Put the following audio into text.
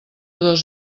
dos